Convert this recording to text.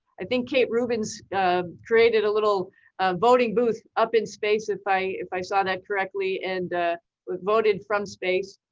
i think kate rubins created a little voting booth up in space if i if i saw that correctly and voted from space.